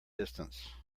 distance